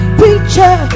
preacher